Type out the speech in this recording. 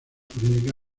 jurídica